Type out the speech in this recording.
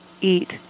eat